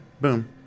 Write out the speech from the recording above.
boom